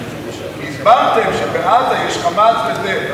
הסברתם שבעזה יש "חמאס" וזה.